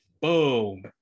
boom